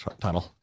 tunnel